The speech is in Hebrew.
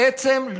בעצם,